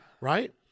Right